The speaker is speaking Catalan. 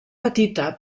petita